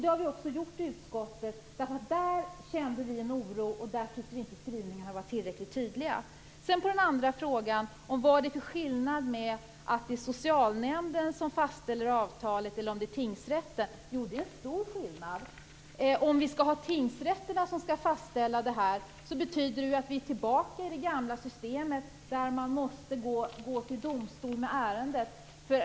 Det har vi också gjort i utskottet, därför att vi kände en oro och tyckte att skrivningarna inte var tillräckligt tydliga. Den andra frågan gällde vad det är för skillnad mellan att det är socialnämnden som fastställer avtalet och att det är tingsrätten. Jo, det är stor skillnad. Skall tingsrätterna fastställa det här betyder det att vi är tillbaka i det gamla systemet, där man måste gå till domstol med ärendet.